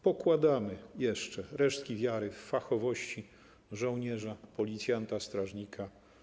Pokładamy jeszcze resztki wiary w fachowości żołnierza, policjanta, strażnika.